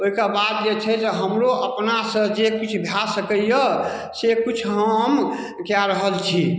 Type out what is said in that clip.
ओइके बाद जे छै से हमरो अपना सँ जे किछु भऽ सकैए से किछु हम के रहल छी